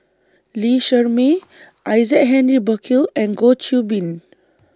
Lee Shermay Isaac Henry Burkill and Goh Qiu Bin